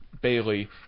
Bailey